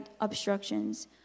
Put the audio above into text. obstructions